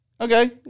Okay